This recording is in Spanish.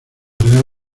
real